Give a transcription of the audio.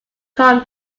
come